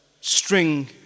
string